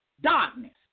Darkness